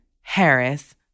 Harris